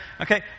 Okay